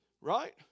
right